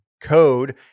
code